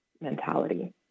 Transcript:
mentality